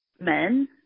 men